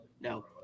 No